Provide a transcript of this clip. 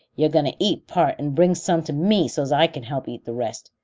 you're going to eat part and bring some to me so's i can help eat the rest.